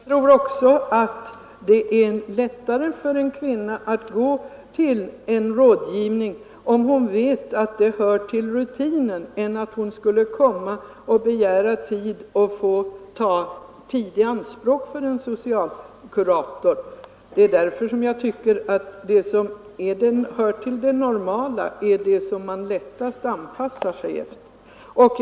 Herr talman! Jag tror att det är lättare för en kvinna att gå till rådgivning om hon vet att den hör till rutinen än om hon själv skall begära att få ta tid i anspråk för en socialkurator. Det som hör till det normala är det som man lättast anpassar sig efter.